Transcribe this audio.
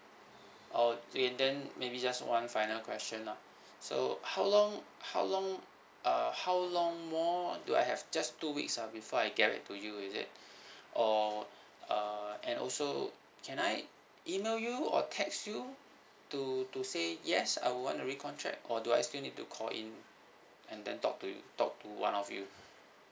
okay and then maybe just one final question lah so how long how long uh how long more do I have just two weeks ah before I get back to you is it or uh and also can I email you or text you to to say yes I would want a recontract or do I still need to call in and then talk to you talk to one of you